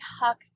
Huck